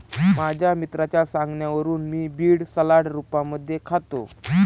माझ्या मित्राच्या सांगण्यावरून मी बीड सलाड रूपामध्ये खातो